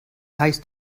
heißt